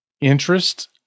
interest